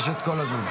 יש עוד מישהו,